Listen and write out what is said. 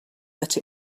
that